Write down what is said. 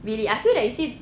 really I feel that you see